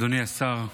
אדוני השר,